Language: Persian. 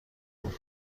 بود